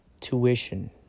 Tuition